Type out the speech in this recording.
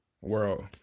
world